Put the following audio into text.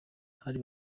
hari